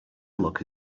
look